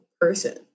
person